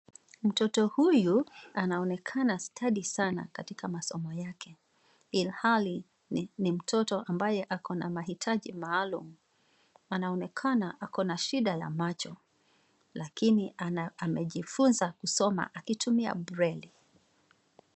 Mtoto huyu anaonekana stadi sana katika masomo yake ilhali ni mtoto ambaye ako na maitaji maalum. Anaonekana ako na shida ya macho lakini anajifunza kusoma akitumia breli.